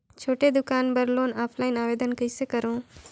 छोटे दुकान बर लोन ऑफलाइन आवेदन कइसे करो?